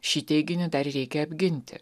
šį teiginį dar reikia apginti